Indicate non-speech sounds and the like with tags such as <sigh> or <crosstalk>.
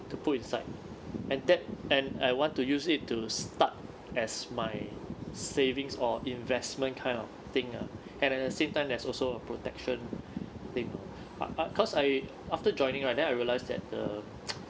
to put inside and that and I want to use it to start as my savings or investment kind of thing ah and at the same time there's also a protection thing ah cause I after joining right then I realized that the <noise>